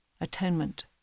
atonement